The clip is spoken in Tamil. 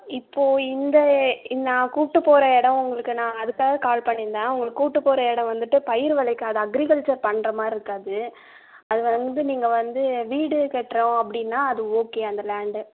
இப்போது இந்த நான் கூப்பிட்டு போகிற இடம் உங்களுக்கு நான் அதுக்காக கால் பண்ணி இருந்தேன் உங்களை கூப்பிட்டு போகிற இடம் வந்துட்டு பயிர் விளைக்காது அக்ரிகல்ச்சர் பண்ணுற மாதிரி இருக்காது அங்கே வந்து நீங்கள் வந்து வீடு கட்டுறோம் அப்படின்னா அது ஓகே அந்த லேண்டு